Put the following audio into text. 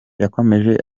yakomeje